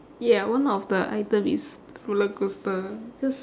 ya one of the athletes rollercoaster cause